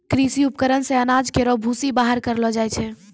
कृषि उपकरण से अनाज केरो भूसी बाहर करलो जाय छै